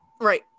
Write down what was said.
Right